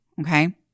Okay